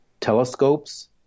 telescopes